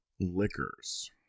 liquors